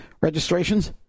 registrations